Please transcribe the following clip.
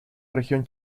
región